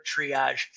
triage